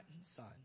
son